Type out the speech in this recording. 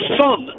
son